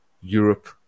Europe